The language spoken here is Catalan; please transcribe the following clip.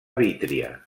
vítria